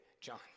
John